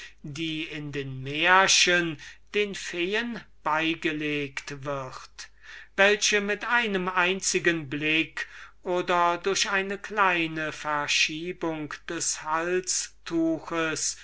die in den märchen den feen beigelegt wird die mit einem einzigen blick oder durch eine kleine verschiebung des